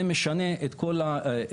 זה משנה את כל התמונה.